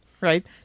Right